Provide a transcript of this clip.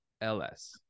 ls